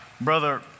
brother